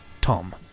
Tom